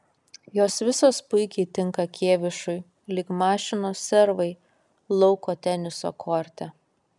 jos visos puikiai tinka kėvišui lyg mašinos servai lauko teniso korte